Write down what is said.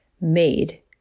made